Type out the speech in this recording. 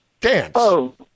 dance